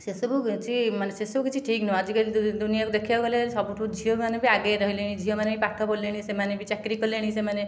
ସେସବୁ କିଛି ମାନେ ସେସବୁ କିଛି ଠିକ ନୁହେଁ ଆଜିକାଲି ଦୁନିଆକୁ ଦେଖିବାକୁ ଗଲେ ସବୁଠୁ ଝିଅମାନେ ବି ଆଗେଇ ରହିଲେଣି ଝିଅ ମାନେ ପାଠ ପଢ଼ିଲେଣି ସେମାନେ ବି ଚାକିରି କଲେଣି ସେମାନେ